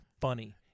funny